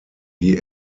die